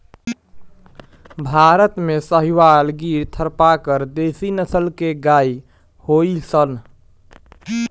भारत में साहीवाल, गिर, थारपारकर देशी नसल के गाई होलि सन